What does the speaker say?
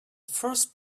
first